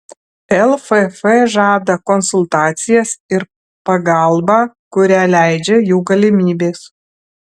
lff žada konsultacijas ir pagalbą kurią leidžia jų galimybės